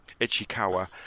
Ichikawa